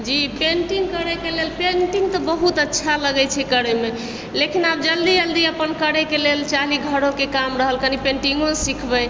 जी painting करयके लेल painting तऽ बहुत अच्छा लगय छै करयमे लेकिन आब जल्दी जल्दी अपन करयके लेल कनि चाही घरोके काम रहल कनि पेन्टिंगो सिखबय